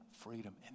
freedom